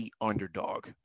underdog